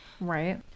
right